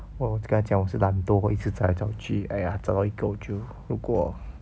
我就跟他讲我是懒惰一直找来找去 !aiya! 找到一个就路过